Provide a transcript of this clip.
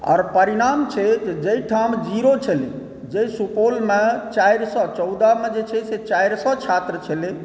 आर परिणाम छै जाहिठाम ज़ीरो छलै जाहि सुपौलमे चारि सए चौदहमे छै जे चारि सए छात्र छलै